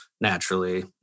naturally